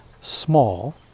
small